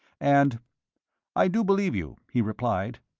and i do believe you, he replied,